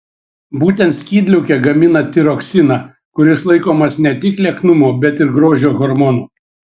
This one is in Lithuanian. būtent skydliaukė gamina tiroksiną kuris laikomas ne tik lieknumo bet ir grožio hormonu